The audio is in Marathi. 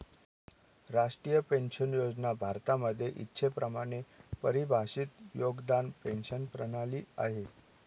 राष्ट्रीय पेन्शन योजना भारतामध्ये इच्छेप्रमाणे परिभाषित योगदान पेंशन प्रणाली आहे